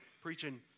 preaching